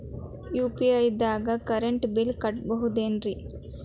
UPI ದಾಗ current bill ಕಟ್ಟಬಹುದೇನ್ರಿ?